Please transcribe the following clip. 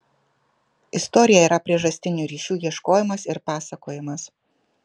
istorija yra priežastinių ryšių ieškojimas ir pasakojimas